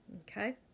Okay